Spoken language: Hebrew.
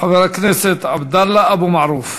חבר הכנסת עבדאללה אבו מערוף,